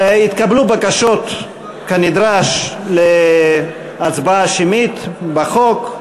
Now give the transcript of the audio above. התקבלו בקשות כנדרש להצבעה שמית בחוק,